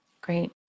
Great